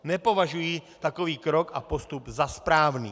Nepovažuji takový krok a postup za správný.